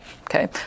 Okay